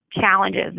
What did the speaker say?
challenges